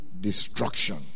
destruction